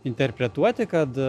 interpretuoti kad